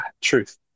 truth